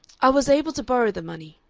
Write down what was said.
i was able to borrow the money.